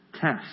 test